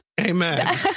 amen